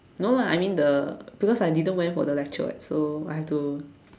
no lah I mean the because I didn't went for the lecture [what] so I have to